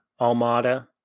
Almada